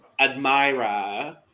Admira